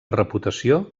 reputació